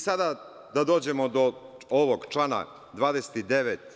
Sada, da dođemo do ovog člana 29.